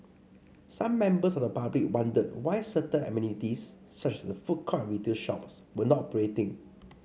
some members of the public wondered why certain amenities such as the food court and retail shops were not operating